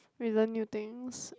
we learn new things